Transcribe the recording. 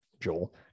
Joel